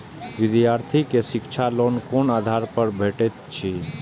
विधार्थी के शिक्षा लोन कोन आधार पर भेटेत अछि?